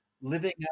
living